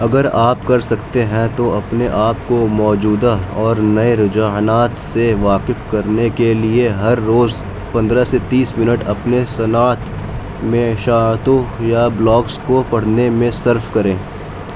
اگر آپ کر سکتے ہیں تو اپنے آپ کو موجودہ اور نئے رجحانات سے واقف کرنے کے لیے ہر روز پندرہ سے تیس منٹ اپنی صنعت میں اشاعتوں یا بلاگز کو پڑھنے میں صرف کریں